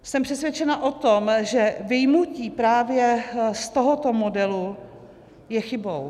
Jsem přesvědčena o tom, že vyjmutí právě z tohoto modelu je chybou.